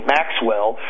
Maxwell